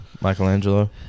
Michelangelo